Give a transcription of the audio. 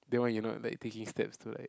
then why you not like taking steps to like